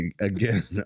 Again